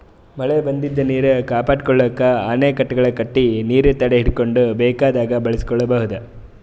ಮಳಿ ಬಂದಿದ್ದ್ ನೀರ್ ಕಾಪಾಡ್ಕೊಳಕ್ಕ್ ಅಣೆಕಟ್ಟೆಗಳ್ ಕಟ್ಟಿ ನೀರ್ ತಡೆಹಿಡ್ಕೊಂಡ್ ಬೇಕಾದಾಗ್ ಬಳಸ್ಕೋಬಹುದ್